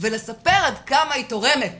ולספר עד כמה היא תורמת